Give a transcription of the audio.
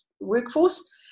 workforce